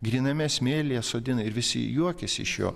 gryname smėlyje sodina ir visi juokiasi iš jo